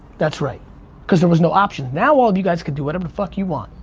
that's right cause there was no option. now all of you guys can do whatever the fuck you want.